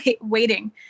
waiting